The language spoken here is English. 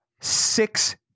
six